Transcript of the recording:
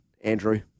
Andrew